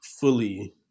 Fully